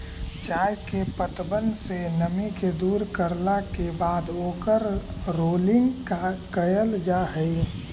चाय के पत्तबन से नमी के दूर करला के बाद ओकर रोलिंग कयल जा हई